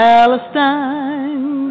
Palestine